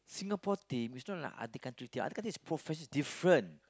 Singapore team is not like other country team other country is professional different